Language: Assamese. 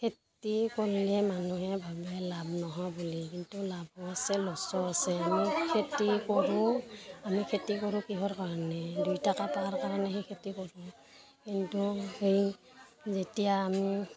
খেতি কৰিলে মানুহে ভাবে লাভ নহয় বুলি কিন্তু লাভো আছে লছো আছে আমি খেতি কৰোঁ আমি খেতি কৰোঁ কিহৰ কাৰণে দুই টকা পাৱাৰ কাৰণেহে খেতি কৰোঁ কিন্তু সেই যেতিয়া আমি